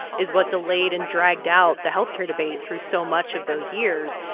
is what delayed and dragged out the health care debate through so much of those years.